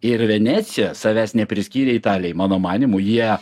ir venecija savęs nepriskyrė italijai mano manymu jie